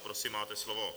Prosím, máte slovo.